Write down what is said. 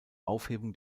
aufhebung